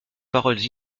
paroles